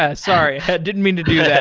ah sorry. i didn't mean to do that.